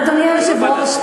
אדוני היושב-ראש,